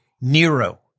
Nero